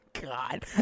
God